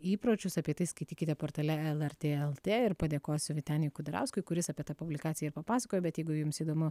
įpročius apie tai skaitykite portale lrt lt ir padėkosiu vyteniui kudrauskui kuris apie tą publikaciją ir papasakojo bet jeigu jums įdomu